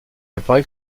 apparaît